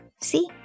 See